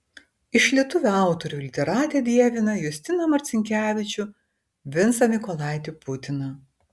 iš lietuvių autorių literatė dievina justiną marcinkevičių vincą mykolaitį putiną